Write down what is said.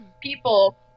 people